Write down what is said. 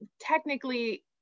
technically